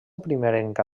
primerenca